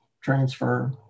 transfer